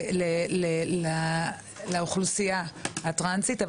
לאוכלוסייה הטרנסית.